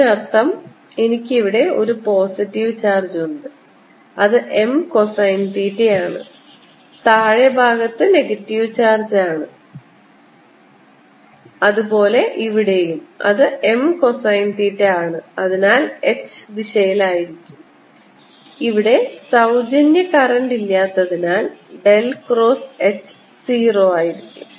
ഇതിനർത്ഥം എനിക്ക് ഇവിടെ ഒരു പോസിറ്റീവ് ചാർജ് ഉണ്ട് അത് m കോസൈൻ തീറ്റ ആണ് താഴത്തെ ഭാഗത്ത് നെഗറ്റീവ് ചാർജ് ആണ് അതുപോലെ ഇവിടെയും അത് m കോസൈൻ തീറ്റ ആണ് അതിനാൽ h ഈ ദിശയിലായിരിക്കും ഇവിടെ സൌജന്യ കറന്റ് ഇല്ലാത്തതിനാൽ ഡെൽ ക്രോസ് h 0 ആയിരിക്കും